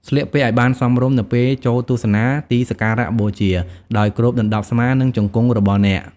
ស្លៀកពាក់ឲ្យបានសមរម្យ នៅពេលចូលទស្សនាទីសក្ការៈបូជា ដោយគ្របដណ្តប់ស្មា និងជង្គង់របស់អ្នក។